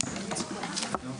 הישיבה ננעלה בשעה 10:17.